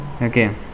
Okay